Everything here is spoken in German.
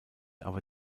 aber